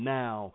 now